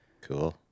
Cool